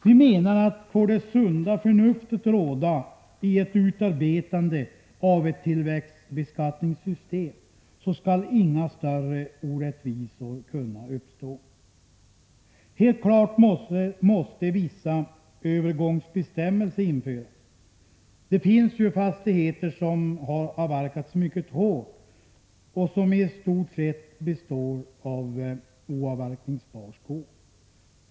Vi menar, att om det sunda förnuftet får råda vid utarbetandet av ett tillväxtbeskattningssystem, skall inga större orättvisor kunna uppstå. Helt klart måste vissa övergångsbestämmelser införas. Det finns ju fastigheter som har avverkats mycket hårt och som i stort sett består av oavverkningsbar skog.